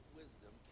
wisdom